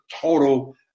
total